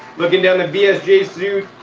looking down the vsj chute,